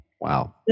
Wow